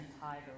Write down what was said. tiger